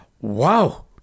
Wow